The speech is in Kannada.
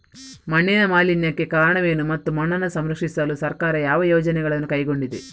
ಮಣ್ಣಿನ ಮಾಲಿನ್ಯಕ್ಕೆ ಕಾರಣವೇನು ಮತ್ತು ಮಣ್ಣನ್ನು ಸಂರಕ್ಷಿಸಲು ಸರ್ಕಾರ ಯಾವ ಯೋಜನೆಗಳನ್ನು ಕೈಗೊಂಡಿದೆ?